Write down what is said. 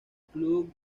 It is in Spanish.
club